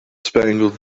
spangled